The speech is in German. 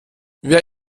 wer